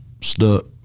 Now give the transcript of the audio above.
stuck